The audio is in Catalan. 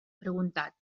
preguntat